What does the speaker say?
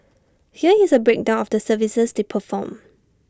here is A breakdown of the services they perform